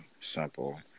Simple